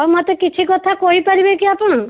ହଉ ମୋତେ କିଛି କଥା କହିପାରିବେ କି ଆପଣ